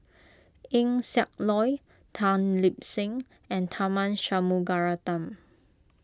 Eng Siak Loy Tan Lip Seng and Tharman Shanmugaratnam